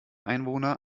einwohner